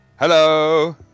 Hello